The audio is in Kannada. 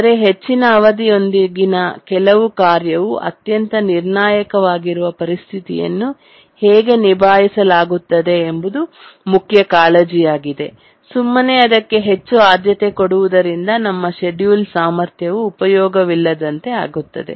ಆದರೆ ಹೆಚ್ಚಿನ ಅವಧಿಯೊಂದಿಗಿನ ಕೆಲವು ಕಾರ್ಯವು ಅತ್ಯಂತ ನಿರ್ಣಾಯಕವಾಗಿರುವ ಪರಿಸ್ಥಿತಿಯನ್ನು ಹೇಗೆ ನಿಭಾಯಿಸಲಾಗುತ್ತದೆ ಎಂಬುದು ಮುಖ್ಯವಾದ ಕಾಳಜಿಯಾಗಿದೆ ಸುಮ್ಮನೆ ಅದಕ್ಕೆ ಹೆಚ್ಚು ಆದ್ಯತೆ ಕೊಡುವುದರಿಂದ ನಮ್ಮ ಶೆಡ್ಯೂಲ್ ಸಾಮರ್ಥ್ಯವು ಉಪಯೋಗ ವಿಲ್ಲದಂತೆ ಆಗುತ್ತದೆ